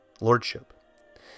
lordship